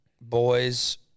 boys